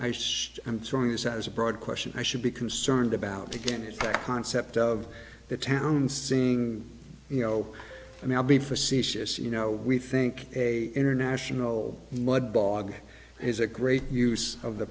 just i'm throwing this out as a broad question i should be concerned about again it's a concept of the town saying you know i mean i'll be facetious you know we think a international mud bog is a great use of the